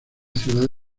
ciudad